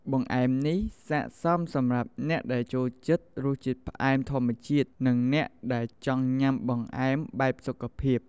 បង្អែមនេះស័ក្តិសមសម្រាប់អ្នកដែលចូលចិត្តរសជាតិផ្អែមធម្មជាតិ និងអ្នកដែលចង់ញ៉ាំបង្អែមបែបសុខភាព។